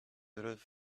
ruth